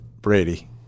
Brady